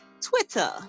twitter